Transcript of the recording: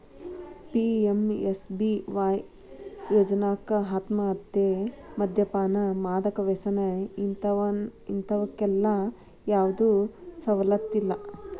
PMSBY ಯೋಜ್ನಾಕ ಆತ್ಮಹತ್ಯೆ, ಮದ್ಯಪಾನ, ಮಾದಕ ವ್ಯಸನ ಇಂತವಕ್ಕೆಲ್ಲಾ ಯಾವ್ದು ಸವಲತ್ತಿಲ್ಲ